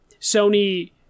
sony